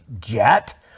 jet